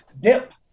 dip